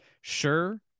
Sure